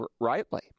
rightly